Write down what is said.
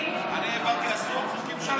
אני העברתי עשרות חוקים שלכם, אבל התהפך.